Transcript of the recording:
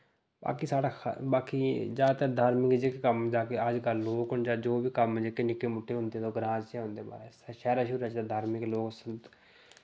बाकी साढ़ा खा बाकी ज्यादातर धार्मिक जेह्के कम्म ताकि अज्जकल लोक न जां जो बी कम्म जेह्के निक्के मुटे होंदे तां ओह् ग्रांऽ च गै होंदे महाराज शैह्रे शुह्रे च ते धार्मिक लोक